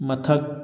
ꯃꯊꯛ